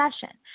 session